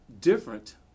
different